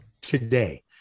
today